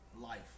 life